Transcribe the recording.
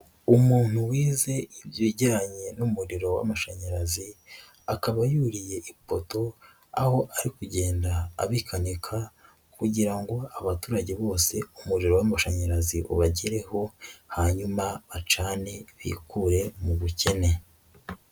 Umuntu wize ibyo ibijyanye n'umuriro w'amashanyarazi, akaba yuriye ipoto aho ari kugenda abikanika kugira ngo abaturage bose umuriro w'amashanyarazi ubagereho, hanyuma acane ,bikure mu bukene.